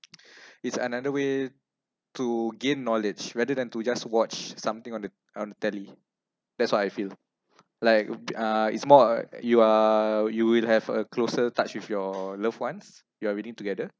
is another way to gain knowledge rather than to just watch something on the on the telly that's what I feel like uh it's more uh you are you will have a closer touch with your loved ones you are reading together